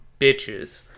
bitches